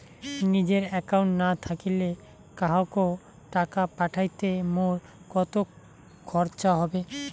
নিজের একাউন্ট না থাকিলে কাহকো টাকা পাঠাইতে মোর কতো খরচা হবে?